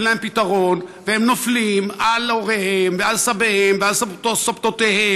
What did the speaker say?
להם פתרון והם נופלים על הוריהם ועל סביהם ועל סבתותיהם,